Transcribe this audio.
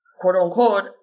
quote-unquote